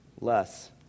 less